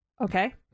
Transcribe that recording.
Okay